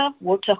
water